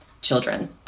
children